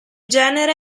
genere